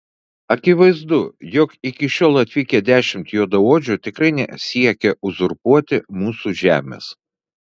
akivaizdu jog iki šiol atvykę dešimt juodaodžių tikrai nesiekia uzurpuoti mūsų žemės